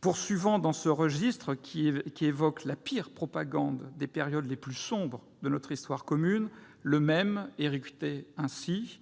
Poursuivant dans ce registre qui évoque la pire propagande des périodes les plus sombres de notre histoire commune, le même éructait ainsi :